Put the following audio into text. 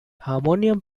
harmonium